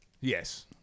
Yes